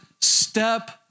step